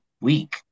week